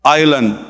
island